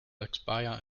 expire